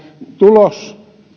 tulos